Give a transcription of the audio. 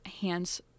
hands